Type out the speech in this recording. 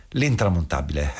l'intramontabile